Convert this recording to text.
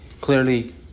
clearly